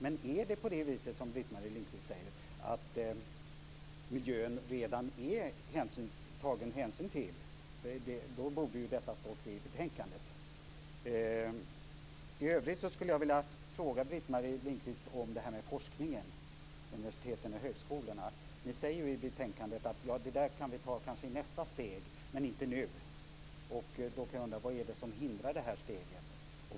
Om det är på det viset som Britt-Marie Lindkvist säger att man redan har tagit hänsyn till miljön så borde detta ha stått i betänkandet. I övrigt skulle jag vilja fråga Britt-Marie Lindkvist om det här med forskning, universitet och högskolor. Ni säger i betänkandet att man kanske kan ta det i nästa steg, men inte nu. Då undrar jag: Vad är det som hindrar det steget?